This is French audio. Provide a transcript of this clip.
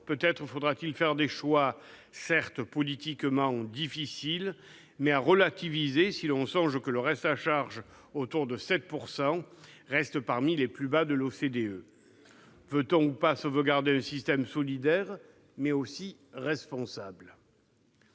Peut-être faudra-t-il faire des choix, certes politiquement difficiles, mais dont la portée est à relativiser si l'on songe que le reste à charge, autour de 7 %, reste parmi les plus bas de l'OCDE. Veut-on, oui ou non, sauvegarder un système solidaire, mais aussi responsable ?